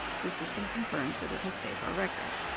the system confirms that it has saved our record.